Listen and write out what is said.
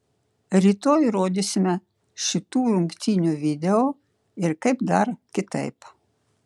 rytoj rodysime šitų rungtynių video ir kaip dar kitaip